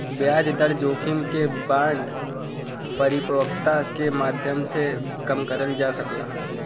ब्याज दर जोखिम क बांड परिपक्वता के माध्यम से कम करल जा सकला